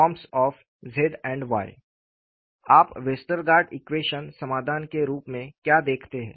forms of Z and Y और आप Westergaard equation समाधान के रूप में क्या देखते हैं